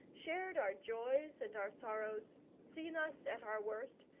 shared our joys and our sorrows, seen us at our worst,